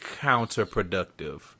counterproductive